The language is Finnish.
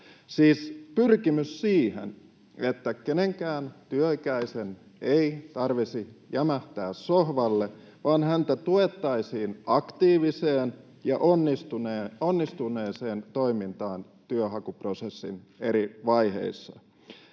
pyrkimys siihen, että kenenkään työikäisen ei tarvitsisi jämähtää sohvalle, vaan häntä tuettaisiin aktiiviseen ja onnistuneeseen toimintaan työnhakuprosessin eri vaiheissa.